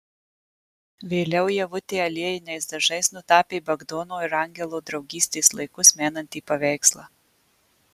vėliau ievutė aliejiniais dažais nutapė bagdono ir angelo draugystės laikus menantį paveikslą